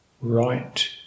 right